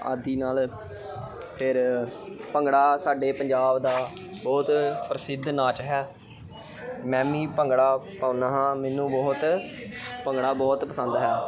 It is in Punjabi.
ਆਦਿ ਨਾਲ ਫਿਰ ਭੰਗੜਾ ਸਾਡੇ ਪੰਜਾਬ ਦਾ ਬਹੁਤ ਪ੍ਰਸਿੱਧ ਨਾਚ ਹੈ ਮੈਂ ਵੀ ਭੰਗੜਾ ਪਾਉਂਦਾ ਹਾਂ ਮੈਨੂੰ ਬਹੁਤ ਭੰਗੜਾ ਬਹੁਤ ਪਸੰਦ ਹੈ